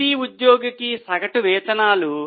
ప్రతి ఉద్యోగికి సగటు వేతనాలు